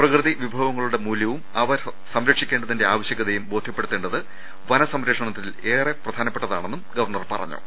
പ്രകൃതിവിഭവങ്ങളുടെ മൂല്യവും അവ സംരക്ഷിക്കേണ്ടതിന്റെ ആവശ്യകതയും ബോധ്യപ്പെടുത്തേണ്ടത് വനസംരക്ഷണത്തിൽ ഏറെ പ്രധാനമാണെന്നും ഗവർണർ പറഞ്ഞു